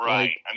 Right